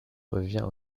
revient